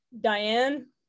diane